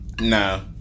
No